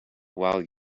while